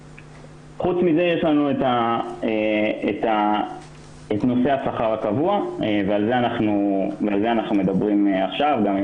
חוץ מזה יש לנו את נושא השכר הקבוע ועל זה אנחנו מדברים עכשיו.